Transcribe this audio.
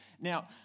Now